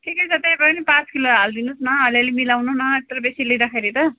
ठिकै छ त्यही भए पनि पाँच किलो हालिदिनुहोस् न अलिअलि मिलाउनु न यत्रो बेसी लिँदाखेरि त